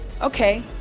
okay